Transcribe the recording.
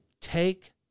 take